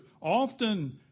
often